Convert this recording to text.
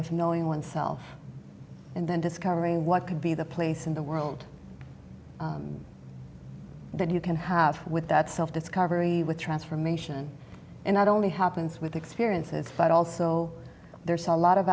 of knowing oneself and then discovering what could be the place in the world then you can have with that self discovery with transformation in that only happens with experiences but also there's a lot of